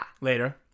Later